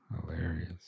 Hilarious